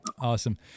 Awesome